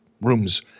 rooms